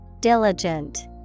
Diligent